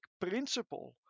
principle